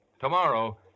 Tomorrow